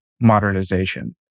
modernization